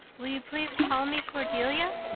will you please call me cordelia?